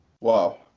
Wow